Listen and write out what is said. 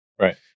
Right